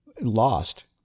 lost